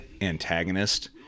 antagonist